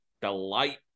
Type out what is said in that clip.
Delight